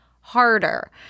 harder